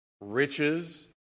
Riches